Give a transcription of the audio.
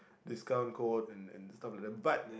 discount code and and stuff like that but